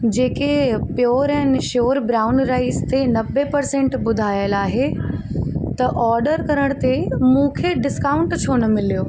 जेके pure and sure brown rice ते नवे परसेंट ॿुधाइलु आहे त ऑडर करण ते मूंखे डिस्काउंट छो न मिलियो